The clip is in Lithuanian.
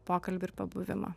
pokalbių ir pabuvimo